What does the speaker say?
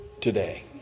Today